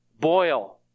boil